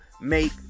make